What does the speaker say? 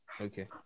Okay